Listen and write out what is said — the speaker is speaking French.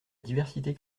diversité